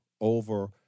over